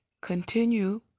continue